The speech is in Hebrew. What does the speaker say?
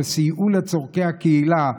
שסייעו לצורכי הקהילה,